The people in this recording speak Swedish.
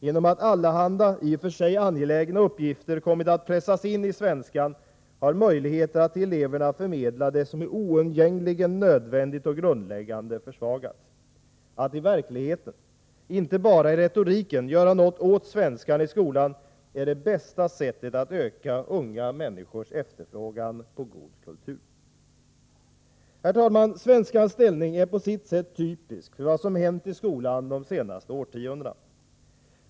Genom att allehanda i och för sig angelägna uppgifter kommit att pressas in i svenskan har möjligheten att till eleverna förmedla det som är oundgängligen nödvändigt och grundläggande försvagats. Att i verkligheten — inte bara i retoriken — göra något åt svenskan i skolan är det bästa sättet att öka unga människors efterfrågan på god kultur. Herr talman! Svenskans ställning är på sitt sätt typisk för vad som hänt i skolan de senaste årtiondena.